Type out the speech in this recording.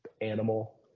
animal